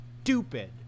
stupid